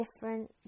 different